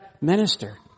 minister